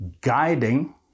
guiding